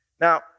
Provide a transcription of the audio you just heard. Now